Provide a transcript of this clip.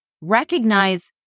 Recognize